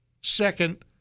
second